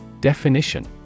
Definition